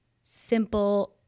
simple